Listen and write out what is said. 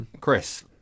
Chris